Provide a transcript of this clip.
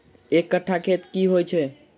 एक कट्ठा खेत की होइ छै?